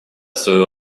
свою